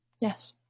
Yes